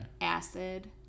Acid